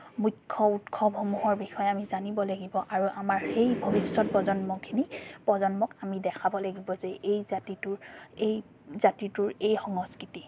মুখ্য উৎসৱসমূহৰ বিষয়ে আমি জানিব লাগিব আৰু আমাৰ সেই ভৱিষ্যৎ প্ৰজন্মখিনিক প্ৰজন্মক আমি দেখাব লাগিব যে এই জাতিটোৰ এই জাতিটোৰ এই সংস্কৃতি